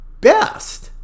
best